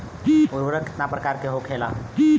उर्वरक कितना प्रकार के होखेला?